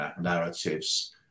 narratives